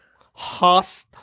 Host